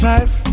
Life